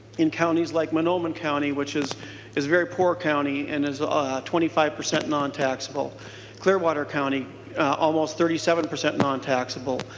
in counties like minn ohman county which is is very poor county and there's ah twenty five percent nontaxable clearwater county almost thirty seven percent nontaxable.